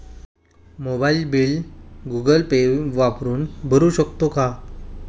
मोबाइलचे bill Google Pay वापरून भरू शकतो का?